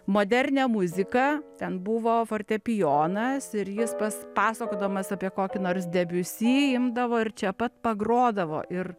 modernią muziką ten buvo fortepijonas ir jis pas pasakodamas apie kokį nors debiusi imdavo ir čia pat pagrodavo ir